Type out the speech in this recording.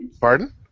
Pardon